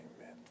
Amen